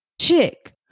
chick